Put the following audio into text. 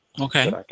okay